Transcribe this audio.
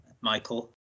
Michael